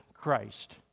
Christ